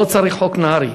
לא צריך חוק נהרי,